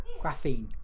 graphene